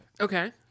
Okay